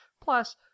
Plus